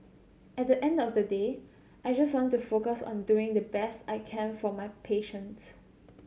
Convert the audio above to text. at the end of the day I just want to focus on doing the best I can for my patients